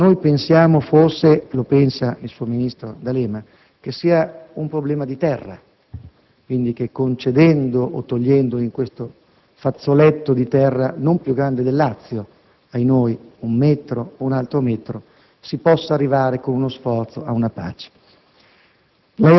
pensiamo forse - lo pensa il suo ministro D'Alema - che sia un problema di terra e che concedendo o togliendo, in questo fazzoletto di terra - ahinoi - non più grande del Lazio, un metro o un altro metro, si possa arrivare, con uno sforzo, alla pace.